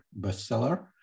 bestseller